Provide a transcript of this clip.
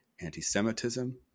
anti-semitism